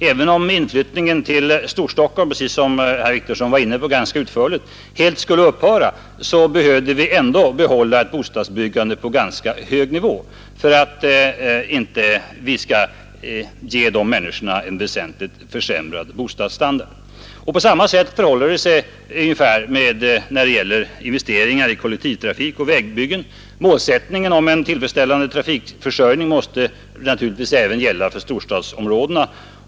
Även om inflyttningen till Storstockholm, som herr Wictorsson ganska utförligt berörde, helt skulle upphöra, behövde vi ändå upprätthålla ett byggande på en ganska hög nivå för att inte väsentligt försämra bostadsstandarden för människorna i dessa områden. På ungefär samma sätt förhåller det sig när det gäller investeringar i kollektivtrafik och vägbyggen. Målsättningen att åstadkomma en tillfredsställande trafikförsörjning måste naturligtvis även gälla för storstadsområdena.